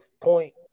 point